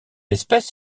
espèce